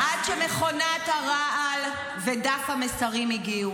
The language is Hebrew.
עד שמכונת הרעל ודף המסרים הגיעו.